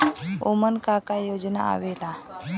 उमन का का योजना आवेला?